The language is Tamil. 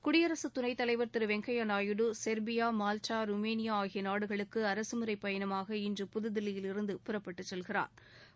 குடியரசுத் துணைத்தலைவர் Thiru Venkaiah Naidu Serbia Malta Romania ஆகிய நாடுகளுக்கு அரசுமுறைப் பயணமான இன்று புதுதில்லியிலிருந்து புறப்பட்டு செல்கிறாா்